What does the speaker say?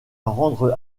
rendre